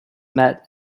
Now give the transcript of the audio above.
met